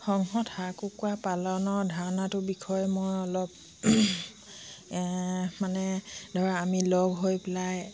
সংহত হাঁহ কুকুৰা পালনৰ ধাৰণাটোৰ বিষয়ে মই অলপ মানে ধৰক আমি লগ হৈ পেলাই